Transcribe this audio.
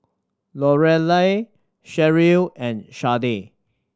Lorelei Sherrill and Sharde